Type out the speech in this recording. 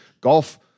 Golf